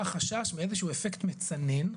החשש מאיזה שהוא אפקט מצנן,